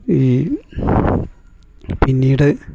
ഈ പിന്നീട്